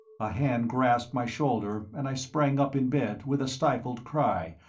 a hand grasped my shoulder, and i sprang up in bed with a stifled cry,